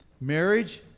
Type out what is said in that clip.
Marriage